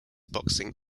boxing